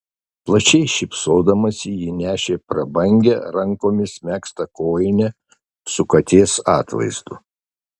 plačiai šypsodamasi ji nešė prabangią rankomis megztą kojinę su katės atvaizdu